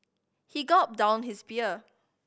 he gulped down his beer